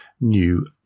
new